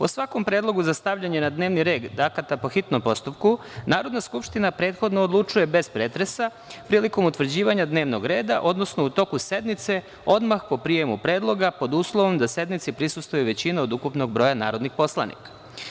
O svakom predlogu za stavljanje na dnevni red akata po hitnom postupku, Narodna skupština prethodno odlučuje bez pretresa prilikom utvrđivanja dnevnog reda, odnosno u toku sednice odmah po prijemu predloga pod uslovom da sednici prisustvuju većina od ukupnog broja narodnih poslanika.